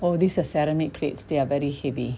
oh this are ceramic plates they are very heavy